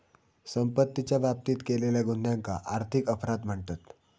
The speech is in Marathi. संपत्तीच्या बाबतीत केलेल्या गुन्ह्यांका आर्थिक अपराध म्हणतत